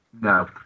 No